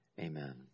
Amen